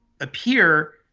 appear